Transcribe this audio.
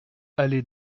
allée